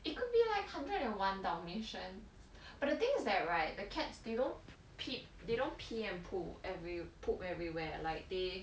it could be like hundred and one dalmatians but the thing is that right the cats they don't pee they don't pee and poo every poop everywhere like they